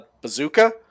Bazooka